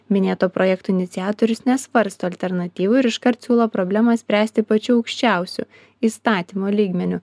minėto projekto iniciatorius nesvarsto alternatyvų ir iškart siūlo problemą spręsti pačiu aukščiausiu įstatymo lygmeniu